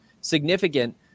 significant